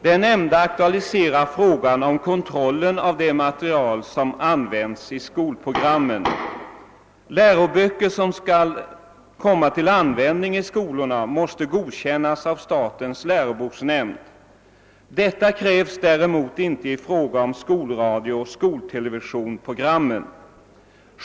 Det nämnda aktualiserar frågan om kontrollen av det material som används i skolprogrammen. Läroböcker som skall komma till användning i skolorna måste godkännas av statens läroboksnämnd. Detta krävs däremot inte i fråga om skolradiooch skoltelevisionsprogrammen.